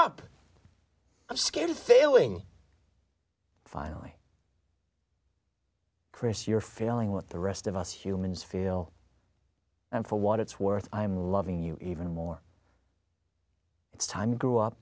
up i'm scared of failing finally chris you're feeling what the rest of us humans feel and for what it's worth i'm loving you even more it's time grew up